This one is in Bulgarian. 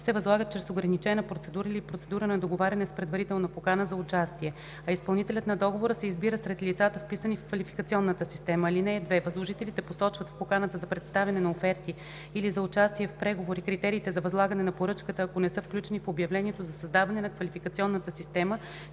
се възлагат чрез ограничена процедура или процедура на договаряне с предварителна покана за участие, а изпълнителят на договора се избира сред лицата, вписани в квалификационната система. (2) Възложителите посочват в поканата за представяне на оферти или за участие в преговори критериите за възлагане на поръчката, ако не са включени в обявлението за създаване на квалификационната система,